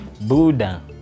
Buddha